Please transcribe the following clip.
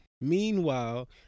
Meanwhile